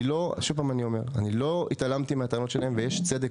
אני לא התעלמתי מהטענות שלהם, ויש בהן